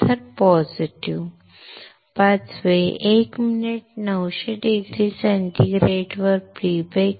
positive पाचवे 1 minute 900C वर pre bake करा